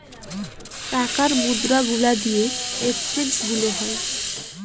টাকার মুদ্রা গুলা দিয়ে এক্সচেঞ্জ গুলো হয়